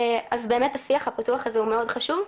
אז באמת השיח הפתוח הזה מאוד חשוב.